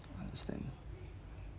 understand